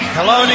Hello